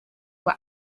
were